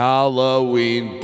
Halloween